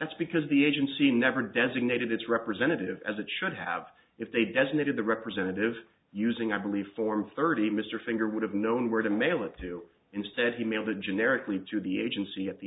that's because the agency never designated its representative as it should have if they designated the representative using i believe form thirty mr finger would have known where to mail it to instead he mailed the generically to the agency at the